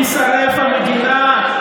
תישרף המדינה,